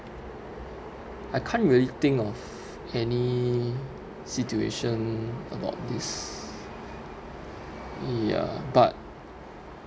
I can't really think of any situation about this ya but